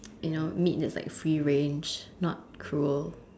you know meat is like free range not cruel